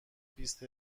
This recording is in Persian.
بیست